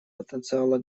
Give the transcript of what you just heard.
потенциала